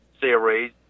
Series